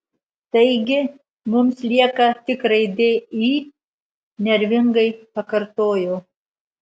taigi mums lieka tik raidė i nervingai pakartojo